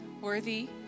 worthy